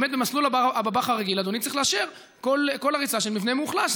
באמת במסלול הבב"ח הרגיל אדוני צריך לאשר כל הריסה של מבנה מאוכלס,